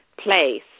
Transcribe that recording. place